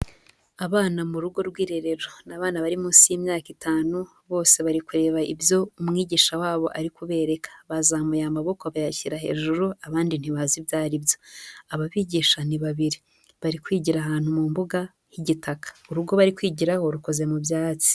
Abana mu rugo rw'irerero, ni abana bari munsi y'imyaka itanu, bose bari kureba ibyo umwigisha wabo ari kubereka, bazamuye amaboko bayashyira hejuru, abandi ntibazi ibyo ari byo, aba bigisha ni babiri, bari kwigira ahantu mu mbuga y'igitaka, urugo bari kwigiraho rukoze mu byatsi.